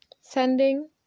sending